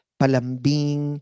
palambing